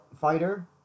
fighter